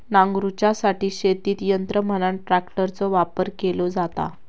नांगरूच्यासाठी शेतीत यंत्र म्हणान ट्रॅक्टरचो वापर केलो जाता